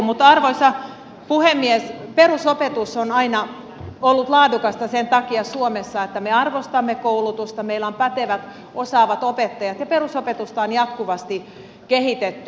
mutta arvoisa puhemies perusopetus on aina ollut laadukasta sen takia suomessa että me arvostamme koulutusta meillä on pätevät osaavat opettajat ja perusopetusta on jatkuvasti kehitetty